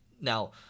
now